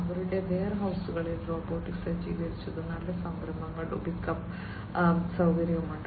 അവരുടെ വെയർഹൌസുകളിൽ റോബോട്ട് സജ്ജീകരിച്ചതും നല്ല സംഭരണവും പിക്കപ്പ് സൌകര്യവുമുണ്ട്